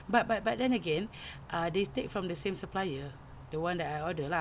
but but but then again uh they take from the same supplier the one that I order lah